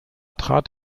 trat